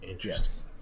Yes